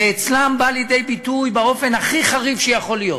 אצלם זה בא לידי ביטוי באופן הכי חריף שיכול להיות.